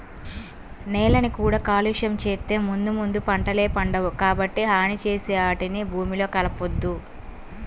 నేలని కూడా కాలుష్యం చేత్తే ముందు ముందు పంటలే పండవు, కాబట్టి హాని చేసే ఆటిని భూమిలో కలపొద్దు